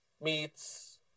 meets